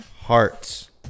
Hearts